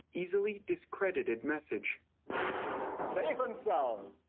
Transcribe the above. easily discredited message safe and sound!